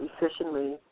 efficiently